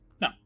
No